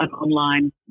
online